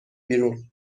بیرون